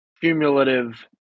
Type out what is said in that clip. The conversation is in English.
cumulative